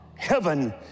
Heaven